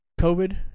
COVID